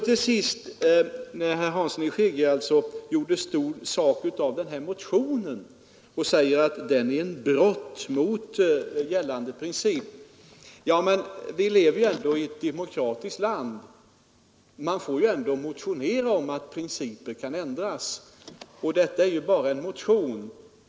Till sist gjorde herr Hansson i Skegrie stor sak av den här motionen och sade att den är ett brott mot gällande princip. Ja, men vi lever ju i ett demokratiskt land. Man får ändå motionera om att principer skall ändras. Och detta är ju bara en motion.